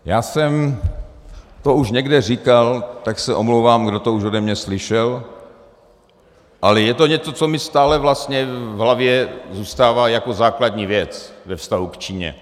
Já jsem to už někde říkal, tak se omlouvám, kdo to už ode mě slyšel, ale je to něco, co mi stále v hlavě zůstává jako základní věc ve vztahu k Číně.